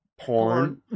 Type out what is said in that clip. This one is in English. porn